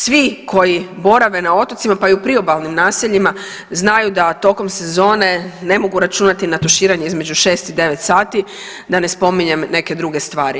Svi koji borave na otocima pa i u priobalnim naseljima znaju da tokom sezone ne mogu računati na tuširanje između šest i devet sati, da ne spominjem neke druge stvari.